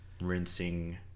rinsing